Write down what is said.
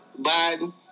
Biden